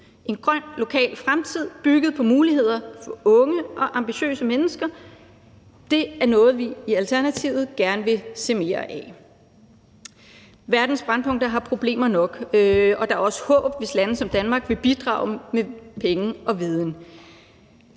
En grøn, lokal fremtid bygget på muligheder for unge ambitiøse mennesker er noget, vi i Alternativet gerne vil se mere af. Verdens brændpunkter har problemer nok, og der er også håb, hvis lande som Danmark vil bidrage med penge og viden.